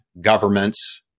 governments